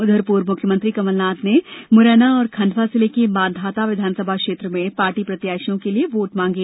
उधर पुर्व मुख्यमंत्री कमलनाथ ने मुरैना और खण्डवा जिले के मांधाता विधानसभा क्षेत्र में पार्टी प्रत्याशियों के लिए वोट मांगे